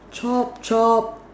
chop chop